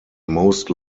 most